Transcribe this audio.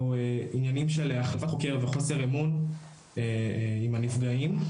או עניינים של החלפת חוקר וחוסר אמון עם הנפגעים.